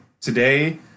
today